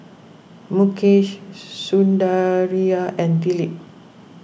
Mukesh Sundaraiah and Dilip